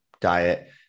diet